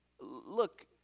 look